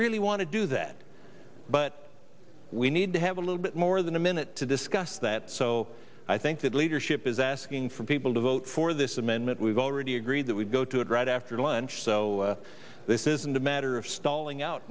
really want to do that but we need to have a little bit more than a minute to discuss that so i think that leadership is asking for people to vote for this amendment we've already agreed that we go to it right after lunch so this isn't a matter of stalling out